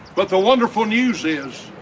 but the wonderful news is